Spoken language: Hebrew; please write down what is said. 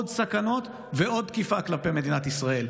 עוד סכנות ועוד תקיפה כלפי מדינת ישראל.